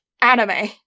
anime